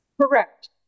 Correct